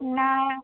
না